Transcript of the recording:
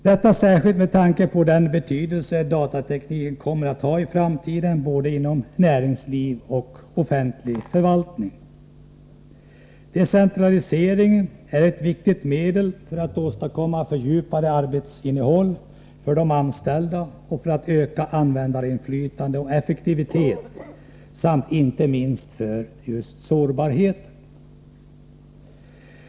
Detta särskilt med tanke på den betydelse datatekniken kommer att ha i framtiden, både inom näringsliv och offentlig förvaltning. Decentralisering är ett viktigt medel för att åstadkomma fördjupat arbetsinnehåll för de anställda, för att öka användarinflytande och effektivitet samt — inte minst — för att minska sårbarheten.